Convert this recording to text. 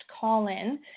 call-in